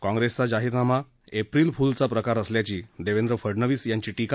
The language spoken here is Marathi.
काँग्रेसचा जाहीरनामा एप्रिल फूलचा प्रकार असल्याची देवेंद्र फडणवीस यांची टीका